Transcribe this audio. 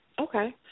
Okay